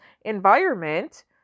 environment